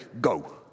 go